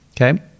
okay